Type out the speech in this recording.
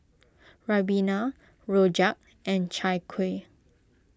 Ribena Rojak and Chai Kueh